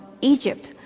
Egypt